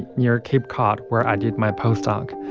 near cape cod, where i did my postdoc.